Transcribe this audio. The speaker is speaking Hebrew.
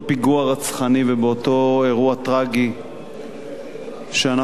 ובאותו אירוע טרגי שאנחנו זוכרים אותו,